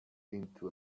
into